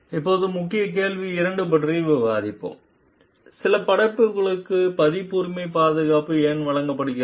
இப்போது முக்கிய கேள்வி 2 பற்றி விவாதிப்போம் சில படைப்புகளுக்கு பதிப்புரிமை பாதுகாப்பு ஏன் வழங்கப்படுகிறது